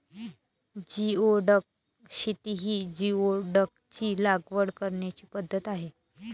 geoduck शेती ही जिओडॅकची लागवड करण्याची पद्धत आहे